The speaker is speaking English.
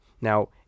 now